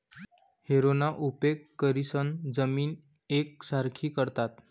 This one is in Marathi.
हॅरोना उपेग करीसन जमीन येकसारखी करतस